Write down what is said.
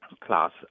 class